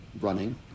Running